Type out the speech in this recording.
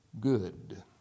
good